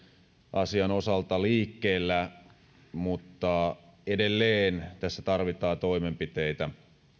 asian osalta liikkeellä mutta edelleen tässä tarvitaan toimenpiteitä